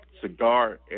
cigar